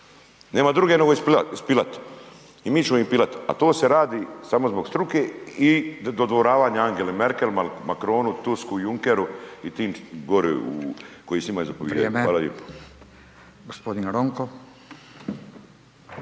Nema druge nego ispilati. I mi ćemo ih ispilati, a to se radi samo zbog struke i dodvoravanja Angele Merkel, Macronu, Tusku, Junckeru i tim gore koji svima zapovijedaju. Hvala lijepo.